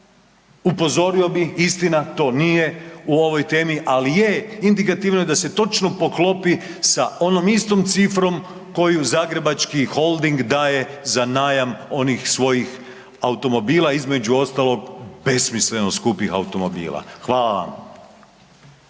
Upozorio bih, istina to nije u ovoj temi, ali je indikativno da se točno poklopi sa onom istom cifrom koju Zagrebački holding daje za najam onih svojih automobila, između ostalog besmisleno skupih automobila. Hvala vam.